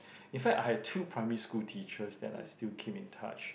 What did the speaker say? in fact I had two primary school teachers that I still keep in touch